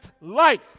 life